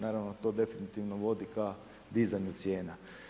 Naravno to definitivno vodi k dizanju cijena.